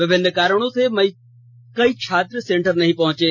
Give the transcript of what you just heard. विभिन्न कारणों से कई छात्र सेंटर नहीं पहुंचे